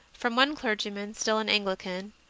from one clergyman, still an anglican,